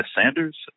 Sanders